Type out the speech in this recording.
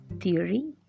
Theory